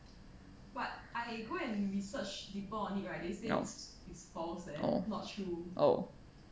oh oh oh